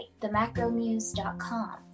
themacromuse.com